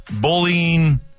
bullying